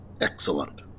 Excellent